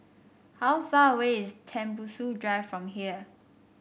how far away is Tembusu Drive from here